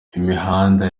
imihanda